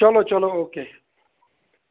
چلو چلو او کے